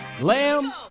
Lamb